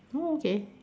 oh okay